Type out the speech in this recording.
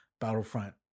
Battlefront